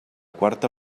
quarta